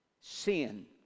sin